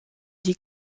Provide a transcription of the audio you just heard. dit